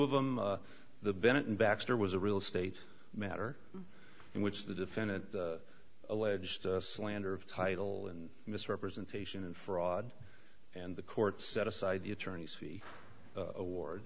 of them the bennett and baxter was a real estate matter in which the defendant alleged slander of title and misrepresentation and fraud and the court set aside the attorneys fees award